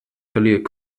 verlieh